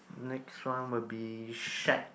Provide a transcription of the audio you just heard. next round will be shack